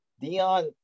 Dion